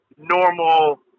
normal